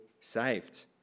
saved